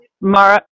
Mara